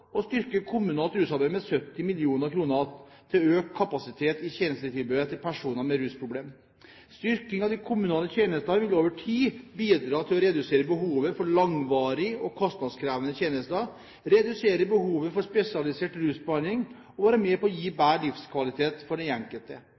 å styrke kommunalt rusarbeid med 70 mill. kr til økt kapasitet i tjenestetilbudet til personer med rusproblemer. Styrking av de kommunale tjenestene vil over tid bidra til å redusere behovet for langvarige og kostnadskrevende tjenester, redusere behovet for spesialisert rusbehandling og være med på å gi